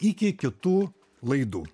iki kitų laidų